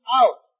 out